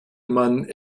man